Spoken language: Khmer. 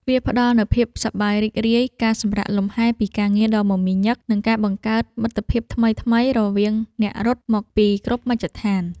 វាផ្ដល់នូវភាពសប្បាយរីករាយ ការសម្រាកលម្ហែពីការងារដ៏មមាញឹក និងការបង្កើតមិត្តភាពថ្មីៗរវាងអ្នករត់មកពីគ្រប់មជ្ឈដ្ឋាន។